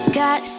got